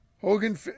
Hogan